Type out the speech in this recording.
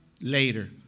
later